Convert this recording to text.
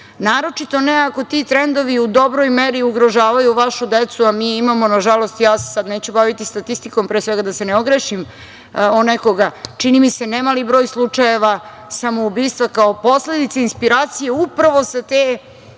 naročito ne ako ti trendovi u dobroj meri ugrožavaju vašu decu, a mi imamo, nažalost, ja se sada neću baviti statistikom, pre svega da se ne ogrešim o nekoga, čini mi se ne mali broj slučajeva samoubistva kao posledica inspiracije upravo sa te